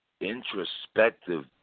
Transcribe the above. Introspective